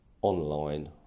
online